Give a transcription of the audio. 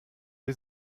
sie